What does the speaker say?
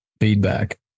feedback